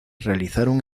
realizaron